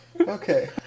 Okay